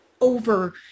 over